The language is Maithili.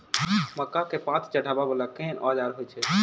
मक्का केँ पांति चढ़ाबा वला केँ औजार होइ छैय?